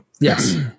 Yes